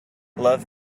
love